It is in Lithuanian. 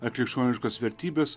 ar krikščioniškas vertybes